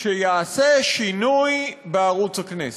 שיעשה שינוי בערוץ הכנסת.